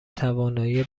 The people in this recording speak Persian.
توانایی